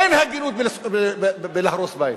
אין הגינות בלהרוס בית,